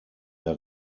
der